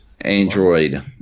Android